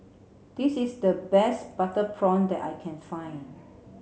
this is the best butter prawn that I can find